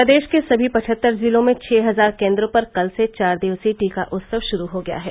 प्रदेश के सभी पचहत्तर जिलों में छः हजार केन्द्रों पर कल से चार दिवसीय टीका उत्सव श्रू हो गया है